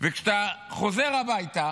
וכשאתה חוזר הביתה